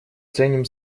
ценим